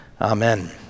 Amen